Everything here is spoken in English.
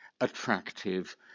attractive